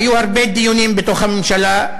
היו הרבה דיונים בתוך הממשלה,